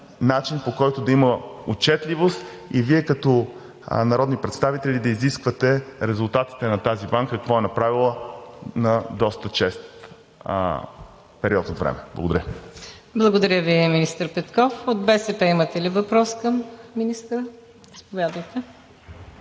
начин, по който да има отчетливост и Вие като народни представители да изисквате резултатите на тази банка – какво е направила на доста чест период от време. Благодаря. ПРЕДСЕДАТЕЛ МУКАДДЕС НАЛБАНТ: Благодаря Ви, министър Петков. От БСП имате ли въпрос към министъра? Заповядайте.